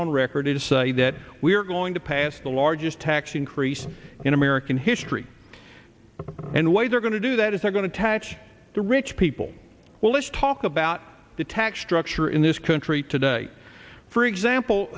on record to say that we're going to pass the largest tax increase in american history and why they're going to do that is they're going to tax the rich people well let's talk about the tax structure in this country today for example